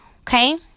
okay